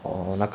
force